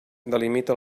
delimita